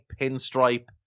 pinstripe